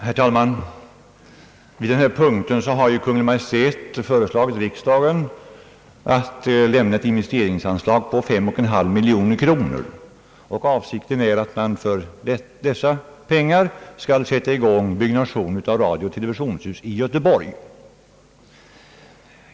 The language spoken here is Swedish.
Herr talman! I denna punkt har Kungl. Maj:t föreslagit riksdagen att lämna ett investeringsanslag på 5,5 miljoner kronor. Avsikten är att för dessa pengar sätta i gång byggnation av ett radiooch televisionshus i Göteborg.